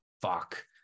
Fuck